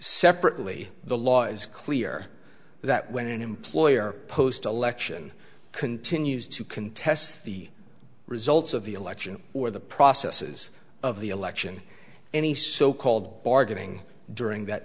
separately the law is clear that when an employer post election continues to contest the results of the election or the processes of the election any so called bargaining during that